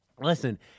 Listen